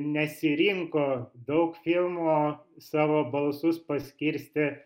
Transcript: nesirinko daug filmų savo balsus paskirstė